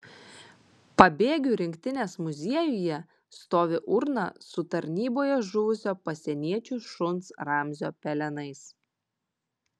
pabėgių rinktinės muziejuje stovi urna su tarnyboje žuvusio pasieniečių šuns ramzio pelenais